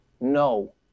No